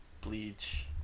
bleach